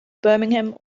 birmingham